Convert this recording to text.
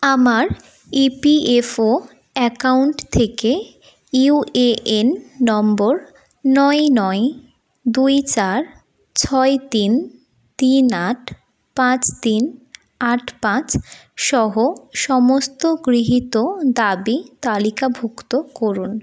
আমার EPFO account থেকে UAN number নয় নয় দুই চার ছয় তিন তিন আট পাঁচ তিন আট পাঁচ সহ সমস্ত গৃহীত দাবি তালিকাভুক্ত করুন